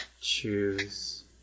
choose